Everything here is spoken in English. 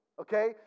Okay